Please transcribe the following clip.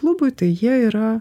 klubui tai jie yra